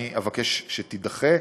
ואני אבקש שהיא תידחה,